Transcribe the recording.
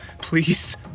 Please